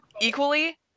equally